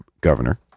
governor